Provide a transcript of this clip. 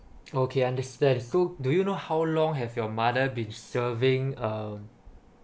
okay understand so do you know how long have your mother been serving um